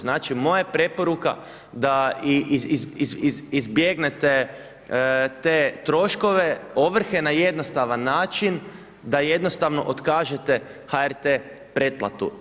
Znači moja je preporuka da izbjegnete te troškove ovrhe na jednostavan način da jednostavno otkažete HRT pretplatu.